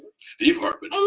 steve hartman,